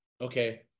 Okay